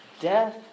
death